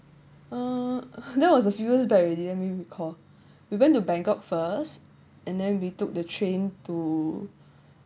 uh that was a few years back already let me recall we went to bangkok first and then we took the train to